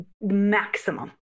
maximum